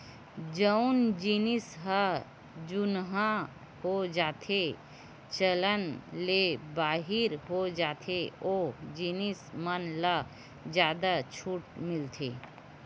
जउन जिनिस ह जुनहा हो जाथेए चलन ले बाहिर हो जाथे ओ जिनिस मन म जादा छूट मिलथे